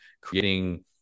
creating